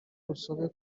urusobe